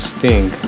Sting